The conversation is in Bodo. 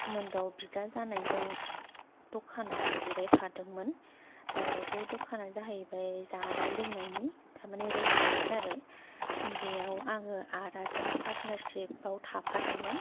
सोमोन्दोआव बिदा जानायजों दखानाव जिरायफा दोंमोन बे दखाना जाहैबाय जानाय लोंनायनि थारमाने रेस्तुरेन्ट आरो बेयाव आङो आदाजों पात्नारसिपआव थाफादोंमोन